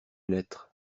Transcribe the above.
lettre